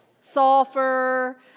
Sulfur